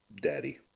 daddy